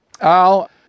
Al